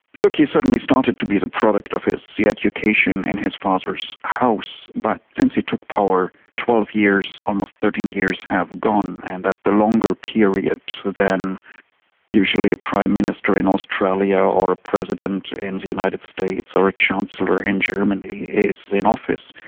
look, he certainly started to be the product of his education in his father's house. but since he took power, twelve years, almost thirteen years have gone, and for longer period than usually a prime minister in australia or a president in the united states or a chancellor in germany is in office.